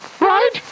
Right